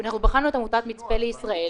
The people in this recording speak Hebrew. אנחנו בחנו את עמותת מצפה לישראל,